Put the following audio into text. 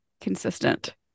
consistent